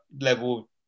level